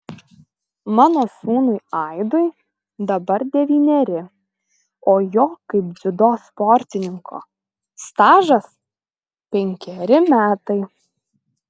mano sūnui aidui dabar devyneri o jo kaip dziudo sportininko stažas penkeri metai